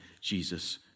Jesus